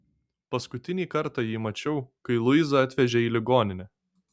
paskutinį kartą jį mačiau kai luizą atvežė į ligoninę